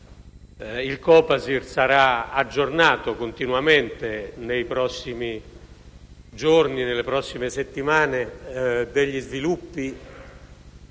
il Copasir sarà aggiornato continuamente nei prossimi giorni e nelle prossime settimane degli sviluppi